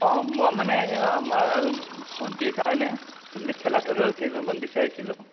অ' মই মানে এইয়া আমাৰ ভণ্টীৰ কাৰণে মেখেলা চাদৰ কেইযোৰমান বিচাৰিছিলোঁ